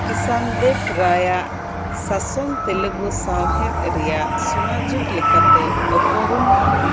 ᱠᱤᱥᱚᱱᱫᱮᱵᱽ ᱨᱟᱭᱟᱜ ᱥᱟᱥᱚᱱ ᱛᱮᱞᱮᱜᱩ ᱥᱟᱶᱦᱮᱫ ᱨᱮᱭᱟᱜ ᱥᱳᱱᱟ ᱡᱩᱜᱽ ᱞᱮᱠᱟᱛᱮ ᱩᱯᱨᱩᱚᱜᱼᱟ